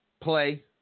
play